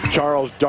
Charles